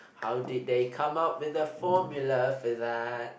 how did they come up with the formula for that